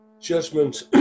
judgment